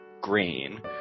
green